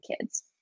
kids